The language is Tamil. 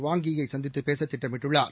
வாங் யீ யை சந்தித்துப் பேச திட்டமிட்டுள்ளார்